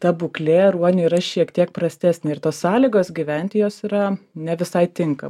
ta būklė ruonių yra šiek tiek prastesnė ir tos sąlygos gyventi jos yra ne visai tinka